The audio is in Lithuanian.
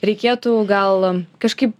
reikėtų gal kažkaip